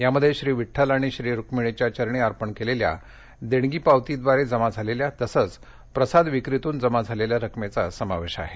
यामध्ये श्री विड्ठल आणि श्री रूक्मिणीच्या चरणी अर्पण केलेल्या देणगी पावतीद्वारे जमा झालेल्या तसंच प्रसाद विक्रीतून जमा झालेल्या रकमेचा समावेश आहे